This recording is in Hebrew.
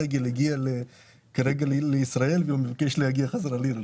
ברגל הגיע לישראל והוא מבקש להגיע חזרה לעיר.